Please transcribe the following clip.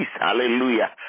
Hallelujah